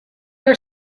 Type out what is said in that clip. are